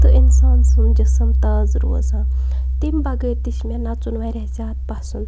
تہٕ اِنسان سُنٛد جسٕم تازٕ روزان تَمہِ بَغٲر تہِ چھِ مےٚ نَژُن وارِیاہ زیادٕ پَسنٛد